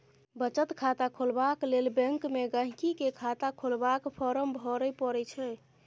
बचत खाता खोलबाक लेल बैंक मे गांहिकी केँ खाता खोलबाक फार्म भरय परय छै